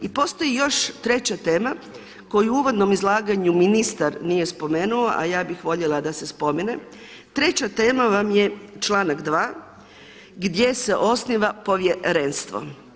I postoji još treća tema koju u uvodnom izlaganju ministar nije spomenuo a ja bih voljela da se spomene, treća tema vam je članak 2. gdje se osniva povjerenstvo.